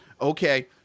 Okay